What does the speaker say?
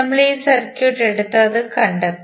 നമ്മൾ ഈ സർക്യൂട്ട് എടുത്തു അത് കണ്ടെത്തി